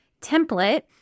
template